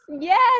Yes